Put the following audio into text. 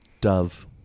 dove